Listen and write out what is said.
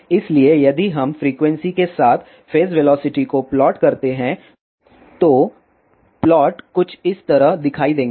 इसलिए यदि हम फ्रीक्वेंसी के साथ फेज वेलोसिटी को प्लॉट करते हैं तो प्लॉट कुछ इस तरह दिखाई देंगे